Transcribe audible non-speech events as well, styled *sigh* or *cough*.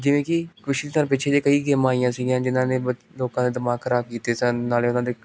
ਜਿਵੇਂ ਕਿ *unintelligible* ਪਿੱਛੇ ਜਿਹੇ ਕਈ ਗੇਮਾਂ ਆਈਆਂ ਸੀਗੀਆਂ ਜਿਹਨਾਂ ਨੇ ਲੋਕਾਂ ਦੇ ਦਿਮਾਗ ਖਰਾਬ ਕੀਤੇ ਸਨ ਨਾਲੇ ਉਹਨਾਂ ਦੇ